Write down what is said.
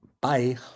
Bye